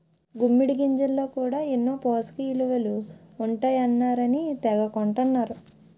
గుమ్మిడి గింజల్లో కూడా ఎన్నో పోసకయిలువలు ఉంటాయన్నారని తెగ కొంటన్నరు